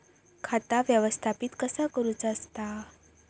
खाता व्यवस्थापित कसा करुचा असता?